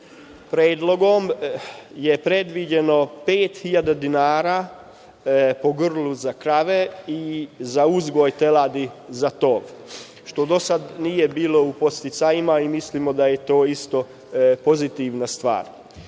predlogom je predviđeno pet hiljada dinara, po grlu za krave i za uzgoj teladi za tov, što do sad nije bilo u podsticajima i mislimo da je to isto pozitivna